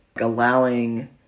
allowing